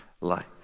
life